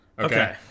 Okay